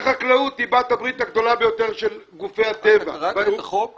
שהחקלאות היא בת הברית הגדולה ביותר של גופי הטבע והירוקים.